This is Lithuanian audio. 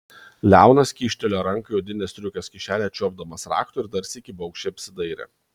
leonas kyštelėjo ranką į odinės striukės kišenę čiuopdamas rakto ir dar sykį baugščiai apsidairė